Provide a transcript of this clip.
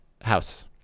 House